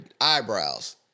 eyebrows